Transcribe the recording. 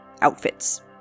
outfits